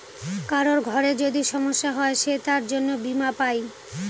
কারোর ঘরে যদি সমস্যা হয় সে তার জন্য বীমা পাই